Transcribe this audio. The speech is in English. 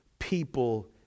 people